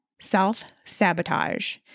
self-sabotage